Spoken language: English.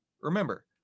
Remember